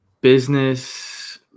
business